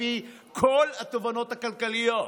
לפי כל התובנות הכלכליות.